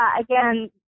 again